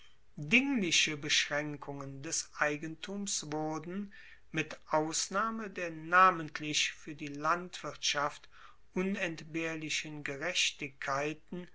dingliche beschraenkungen des eigentums wurden mit ausnahme der namentlich fuer die landwirtschaft unentbehrlichen gerechtigkeiten